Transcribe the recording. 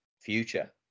future